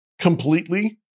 Completely